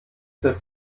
hilft